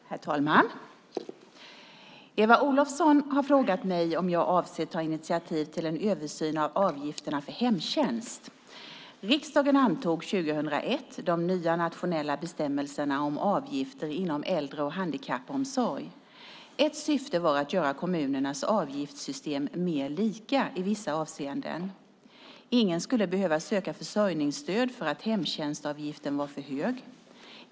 Herr talman! Eva Olofsson har frågat mig om jag avser att ta initiativ till en översyn av avgifterna för hemtjänst. Riksdagen antog 2001 de nya nationella bestämmelserna om avgifter inom äldre och handikappomsorg. Ett syfte var att göra kommunernas avgiftssystem mer lika i vissa avseenden. Ingen skulle behöva söka försörjningsstöd för att hemtjänstavgiften var för hög.